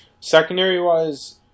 Secondary-wise